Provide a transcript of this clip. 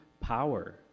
power